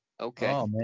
Okay